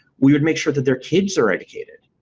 we would make sure that their kids are educated.